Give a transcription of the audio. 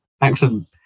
Excellent